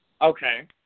Okay